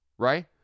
Right